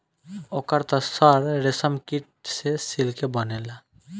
ओकर त सर रेशमकीट से सिल्के बनेला